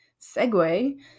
segue